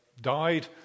died